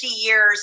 years